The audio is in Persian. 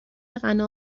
غنا